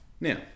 Now